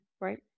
right